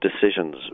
decisions